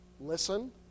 Listen